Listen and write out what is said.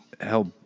help